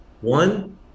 One